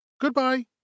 Goodbye